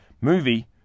movie